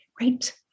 Right